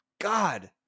God